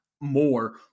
more